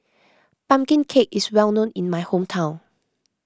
Pumpkin Cake is well known in my hometown